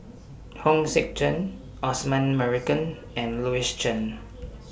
Hong Sek Chern Osman Merican and Louis Chen